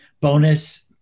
Bonus